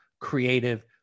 creative